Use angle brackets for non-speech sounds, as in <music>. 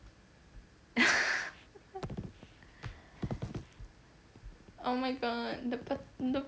<laughs> oh my god the per~ the